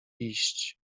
iść